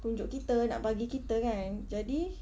tunjuk kita nak bagi kita kan jadi